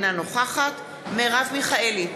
אינה נוכחת מרב מיכאלי,